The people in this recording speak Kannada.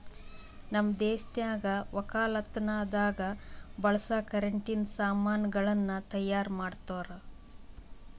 ನಮ್ ದೇಶದಾಗ್ ವಕ್ಕಲತನದಾಗ್ ಬಳಸ ಕರೆಂಟಿನ ಸಾಮಾನ್ ಗಳನ್ನ್ ತೈಯಾರ್ ಮಾಡೋರ್